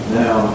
now